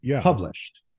published